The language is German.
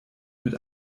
mit